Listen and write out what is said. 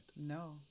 No